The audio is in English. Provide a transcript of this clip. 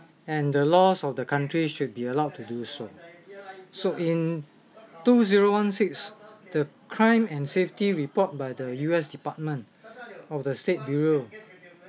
and the laws of the countries should be allowed to do so so in two zero one six the crime and safety report by the U_S department of the state bureau